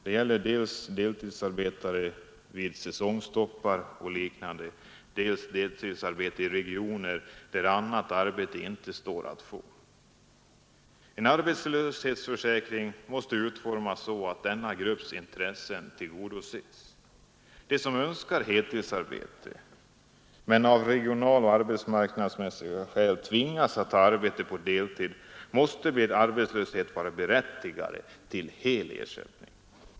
Det gäller dels deltidsarbete vid säsongtoppar och liknande, dels deltidsarbete i regioner där annat arbete inte står att få. En arbetslöshetsförsäkring måste utformas så att denna grupps intressen tillgodoses. De som önskar heltidsarbete men av regionaloch arbetsmarknadsmässiga skäl tvingas att ta arbete på deltid måste vid arbetslöshet vara berättigade till hel ersättning.